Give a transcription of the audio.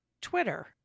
Twitter